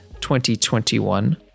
2021